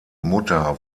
mutter